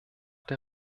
der